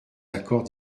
l’accord